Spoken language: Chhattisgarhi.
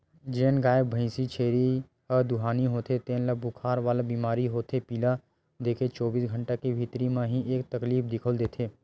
जेन गाय, भइसी, छेरी ह दुहानी होथे तेन ल बुखार वाला बेमारी ह होथे पिला देके चौबीस घंटा के भीतरी म ही ऐ तकलीफ दिखउल देथे